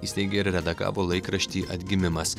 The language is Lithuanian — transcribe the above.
įsteigė ir redagavo laikraštį atgimimas